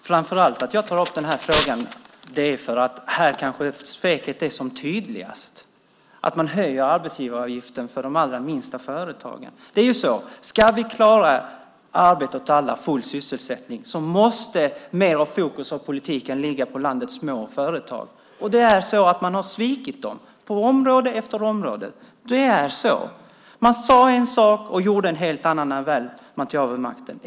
Fru talman! Jag tar upp den här frågan framför allt därför att här är kanske späkelsen som tydligast, att man höjer arbetsgivaravgiften för de allra minsta företagen. Ska vi klara arbete åt alla, full sysselsättning, måste mer av fokus i politiken ligga på landets små företag. Och det är så att man har svikit dem på område efter område. Man sade en sak och gjorde en helt annan när man väl tog över makten.